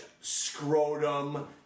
Scrotum